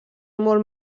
molt